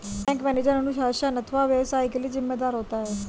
bank manager अनुशासन अथवा व्यवसाय के लिए जिम्मेदार होता है